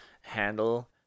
handle